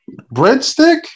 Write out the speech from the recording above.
Breadstick